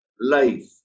life